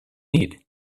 need